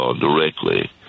directly